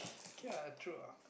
K lah true ah